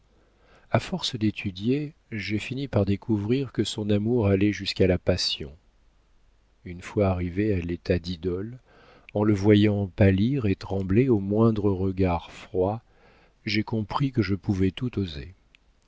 a force d'étudier j'ai fini par découvrir que son amour allait jusqu'à la passion une fois arrivée à l'état d'idole en le voyant pâlir et trembler au moindre regard froid j'ai compris que je pouvais tout oser